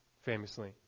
Famously